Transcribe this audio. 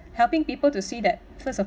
helping people to see that first of